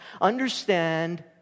understand